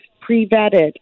pre-vetted